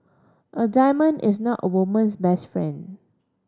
a diamond is not a woman's best friend